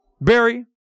Barry